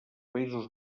països